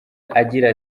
agira